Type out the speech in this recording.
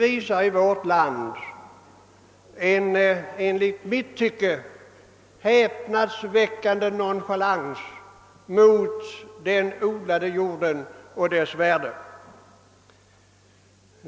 Enligt min mening visar vi en häpnadsväckande nonchalans mot den odlade jorden och dess värde.